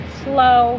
slow